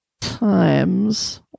times